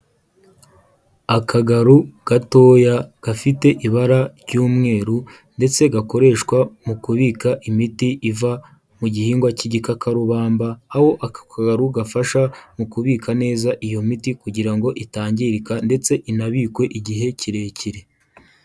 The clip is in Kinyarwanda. Akagaro gatoya gafite ibara ry'umweru ndetse gakoreshwa mu kubika imiti iva mu gihingwa cy'igikakarubamba, aho aka kagaru gafasha mu kubika neza iyo miti kugira ngo itangirika ndetse inabikwe igihe kirekire.